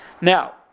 Now